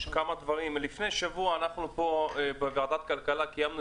לפני שבוע אנחנו פה בוועדת הכלכלה קיימנו